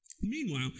meanwhile